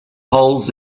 holes